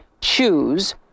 choose